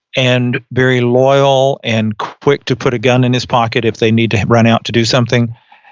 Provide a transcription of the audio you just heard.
and very loyal and quick to put a gun in his pocket if they need to run out to do something.